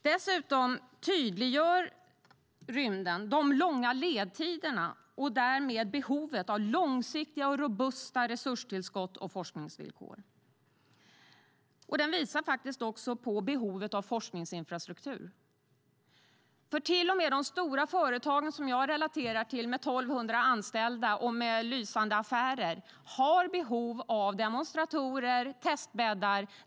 Dessutom tydliggör rymden de långa ledtiderna och därmed behovet av långsiktiga och robusta resurstillskott och forskningsvillkor. Den visar faktiskt också på behovet av forskningsinfrastruktur, för till och med de stora företagen som jag relaterar till med 1 200 anställda och med lysande affärer har behov av demonstratorer och testbäddar.